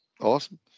awesome